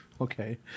Okay